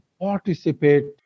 participate